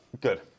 good